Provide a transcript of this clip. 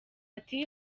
ati